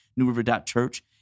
newriver.church